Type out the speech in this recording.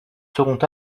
seront